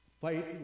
fight